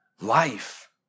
Life